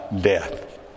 death